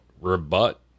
rebut